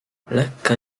lekka